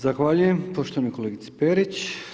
Zahvaljujem poštovanoj kolegici Perić.